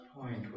point